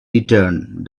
returned